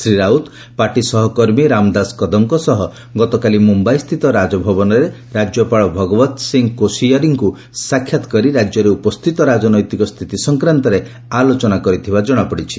Shri Raut party ସହକର୍ମୀ ରାମଦାସ କଦମଙ୍କ ସହ ଗତକାଲି ମୁମ୍ୟାଇ ସ୍ଥିତ ରାଜଭବନରେ ରାଜ୍ୟପାଳ ଭଗବତ ସିଂହ କୋଶିଆରୀଙ୍କୁ ସାକ୍ଷାତ କରି ରାଜ୍ୟରେ ଉପସ୍ଥିତ ରାଜନୈତିକ ସ୍ଥିତି ସଂକ୍ରାନ୍ତରେ ଆଲୋଚନା କରିଥିବାର କଣାପଡ଼ିଛି